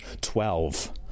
twelve